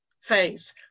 phase